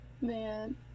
Man